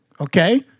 Okay